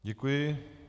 Děkuji.